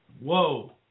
Whoa